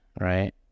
right